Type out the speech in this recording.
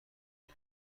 این